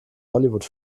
hollywood